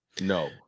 No